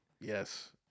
Yes